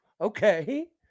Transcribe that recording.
okay